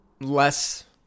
less